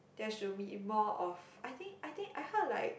there should be more of I think I think I heard like